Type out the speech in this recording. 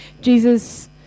Jesus